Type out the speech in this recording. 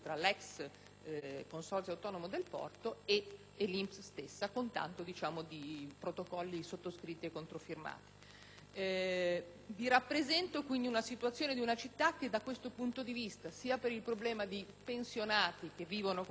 Consorzio autonomo del porto e l'INPS stessa, con tanto di protocolli sottoscritti e controfirmati. Vi rappresento quindi la situazione di una città che, da questo punto di vista, sia per il problema di pensionati che vivono con un unico reddito,